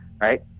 right